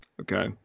Okay